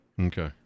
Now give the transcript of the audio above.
Okay